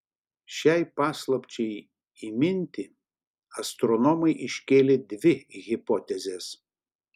šiai paslapčiai įminti astronomai iškėlė dvi hipotezes